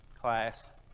class